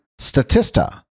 Statista